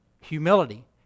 humility